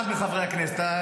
את אחד מחברי הכנסת,